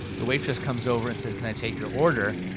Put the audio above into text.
the waitress comes over and says, can i take your order?